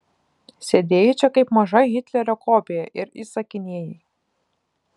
sėdėjai čia kaip maža hitlerio kopija ir įsakinėjai